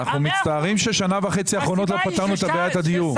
אנחנו מצטערים שבשנה וחצי האחרונות לא פתרנו את בעיית הדיור.